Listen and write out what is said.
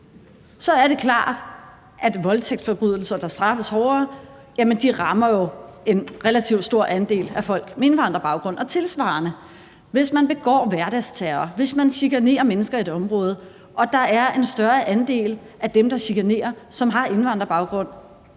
så er det jo klart, at det, når voldtægtsforbrydelser straffes hårdere, rammer en relativt stor andel af folk med indvandrerbaggrund, og hvis man begår hverdagsterror, hvis man chikanerer mennesker i et område, og der er en større andel af dem, der chikanerer, som har indvandrerbaggrund,